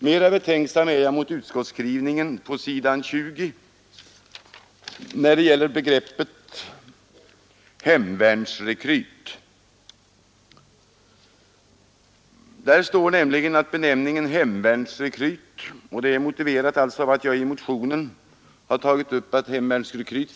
Mera betänksam är jag mot utskottets skrivning när det gäller begreppet hemvärnsrekryt. I motionen 1904 har vi framhållit att begreppet hemvärnsrekryt numera är borttaget och ersatt med hemvärnsungdom.